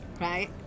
Right